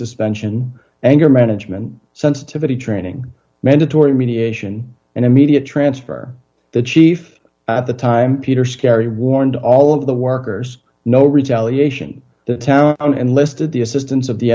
suspension anger management sensitivity training mandatory mediation and immediate transfer the chief at the time peter scary warned all of the workers no tally ation the town and listed the assistance of the